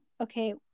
okay